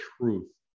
truth